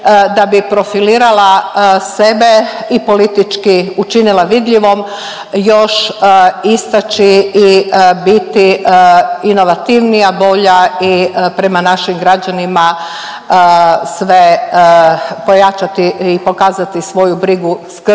da bi profilirala sebe i politički učinila vidljivom još istaći i biti inovativnija, bolja i prema našim građanima sve pojačati i pokazati svoju brigu, skrb